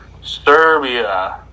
Serbia